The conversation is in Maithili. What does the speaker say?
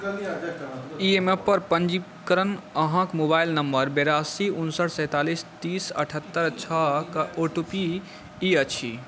ई एफ पी ओ पर पंजीकृत अहाँक मोबाइल नंबर बेरासी उनसठ सैतालिस तीस अठहत्तरि छओके ओ टी पी ई अछि